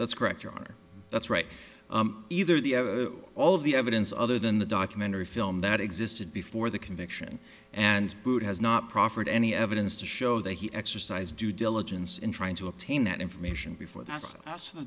that's correct your honor that's right either the all the evidence other than the documentary film that existed before the conviction and has not proffered any evidence to show that he exercise due diligence in trying to obtain that information before the